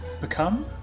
Become